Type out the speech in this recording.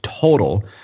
total